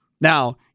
Now